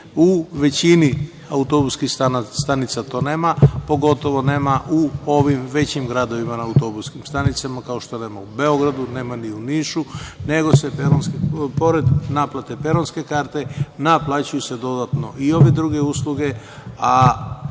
u većini autobuskih stanica toga nema, pogotovo nema u ovim većim gradovima na autobuskim stanicama, kao što nema u Beogradu, nema ni u Nišu, nego se naplate peronske karte naplaćuju se dodatno i ove druge usluge,